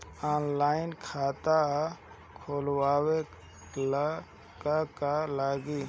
Online खाता खोलबाबे ला का का लागि?